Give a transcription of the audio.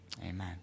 Amen